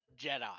Jedi